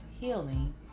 healing